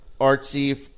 artsy